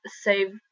save